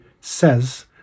says